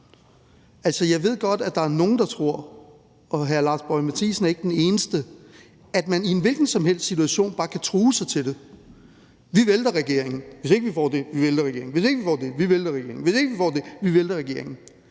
er ikke den eneste – at man i en hvilken som helst situation bare kan true sig til det. Vi vælter regeringen; hvis ikke vi får det, vælter vi regeringen;